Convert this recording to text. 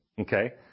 Okay